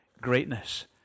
greatness